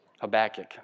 Habakkuk